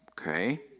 okay